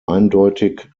eindeutig